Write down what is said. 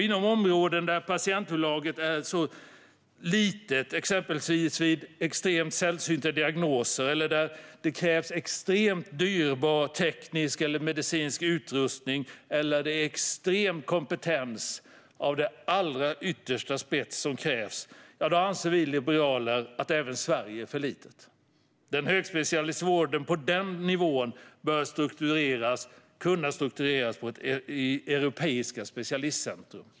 Inom områden där patientunderlaget är mycket litet, exempelvis vid extremt sällsynta diagnoser, när det krävs extremt dyrbar teknisk eller medicinsk utrustning eller när det är den allra yttersta spetskompetensen som krävs, anser vi liberaler att även Sverige är för litet. Den högspecialiserade vården på den nivån bör kunna struktureras på europeiska specialistcentrum.